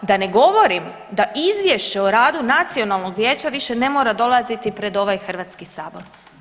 Da ne govorim da Izvješće o radu Nacionalnog vijeća više ne mora dolaziti pred ovaj Hrvatski sabor.